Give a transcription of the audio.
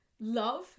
love